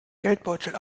geldbeutel